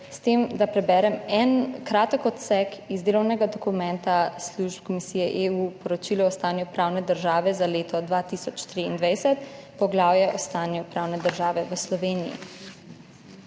s tem, da preberem en kratek odsek iz delovnega dokumenta služb Komisije EU, Poročilo o stanju pravne države za leto 2023, poglavje o stanju pravne države v Sloveniji.